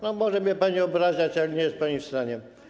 No, może mnie pani obrażać, ale nie jest pani w stanie.